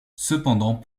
cependant